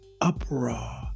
uproar